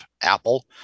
apple